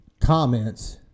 comments